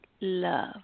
love